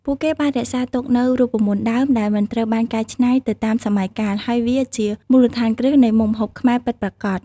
ពួកគេបានរក្សាទុកនូវ រូបមន្តដើម ដែលមិនត្រូវបានកែច្នៃទៅតាមសម័យកាល ហើយវាជាមូលដ្ឋានគ្រឹះនៃមុខម្ហូបខ្មែរពិតប្រាកដ។